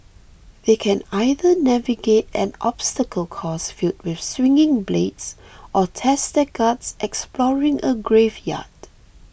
they can either navigate an obstacle course filled with swinging blades or test their guts exploring a graveyard